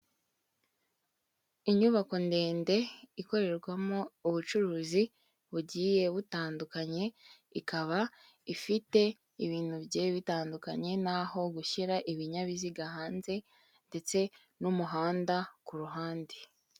Inyubako ndende ikorerwamo ubucuruzi bugiye butandukanye, ikaba ifite ibintu bigiye bitandukanye naho gushyira ibinyabiziga hanze ndetse n'umuhanda ku ruhande.